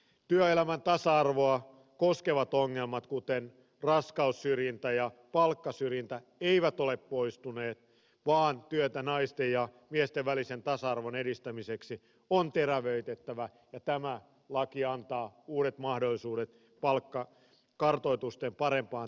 työelämän tasa arvoa koskevat ongelmat kuten raskaussyrjintä ja palkkasyrjintä eivät ole poistuneet vaan työtä naisten ja miesten välisen tasa arvon edistämiseksi on terävöitettävä ja tämä laki antaa uudet mahdollisuudet palkkakartoitusten parempaan tekemiseen